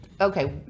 okay